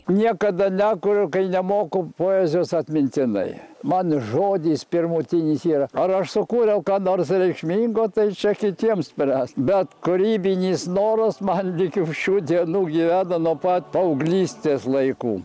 niekada nekuriu kai nemoku poezijos atmintinai man žodis pirmutinis yra ar aš sukūriau ką nors reikšmingo tai čia kitiem spręst bet kūrybinis noras man iki šių dienų gyvena nuo pat paauglystės laikų